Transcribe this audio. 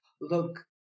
look